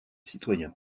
citoyen